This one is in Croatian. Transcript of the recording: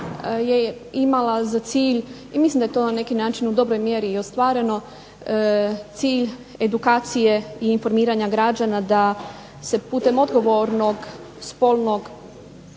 je imala za cilj i mislim da je to na neki način u dobroj mjeri i ostvareno, cilj edukacije i informiranja građana da se putem odgovornog spolnog